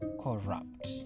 corrupt